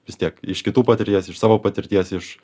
vis tiek iš kitų patirties iš savo patirties iš